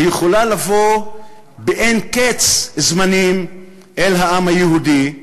שיכולה לבוא באין-קץ זמנים אל העם היהודי,